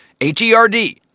H-E-R-D